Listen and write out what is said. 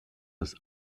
das